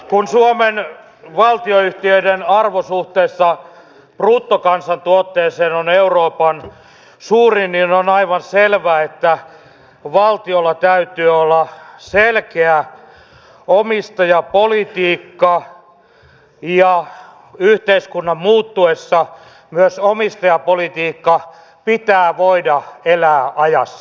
kun suomen valtionyhtiöiden arvo suhteessa bruttokansantuotteeseen on euroopan suurin niin on aivan selvä että valtiolla täytyy olla selkeä omistajapolitiikka ja yhteiskunnan muuttuessa myös omistajapolitiikan pitää voida elää ajassa